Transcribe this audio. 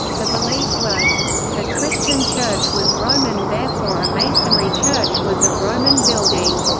the belief was the christian church was roman therefore a masonry church was a roman building.